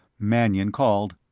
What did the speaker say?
mannion called.